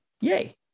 yay